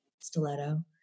stiletto